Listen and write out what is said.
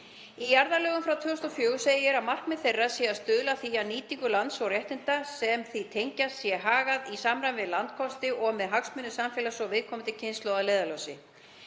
Í jarðalögum frá 2004 segir að markmið þeirra sé að stuðla að því að nýtingu lands og réttinda sem því tengjast sé hagað í samræmi við landkosti og með hagsmuni samfélagsins og komandi kynslóða að leiðarljósi.